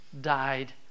died